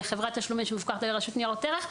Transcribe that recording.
חברת תשלומים שהוכרה על ידי רשות ניירות ערך,